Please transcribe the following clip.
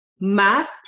math